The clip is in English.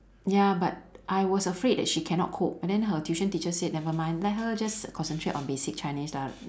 ya but I was afraid that she cannot cope and then her tuition teacher said never mind let her just concentrate on basic chinese lah